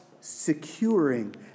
securing